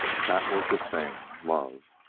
that was the thing love.